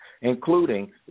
including